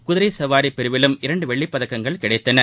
குதிரை சவாரி பிரிவிலும் இரண்டு வெள்ளிப் பதக்கங்கள் கிடைத்தன